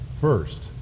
first